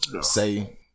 say